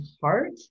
heart